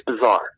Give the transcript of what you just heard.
bizarre